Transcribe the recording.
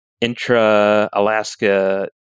intra-Alaska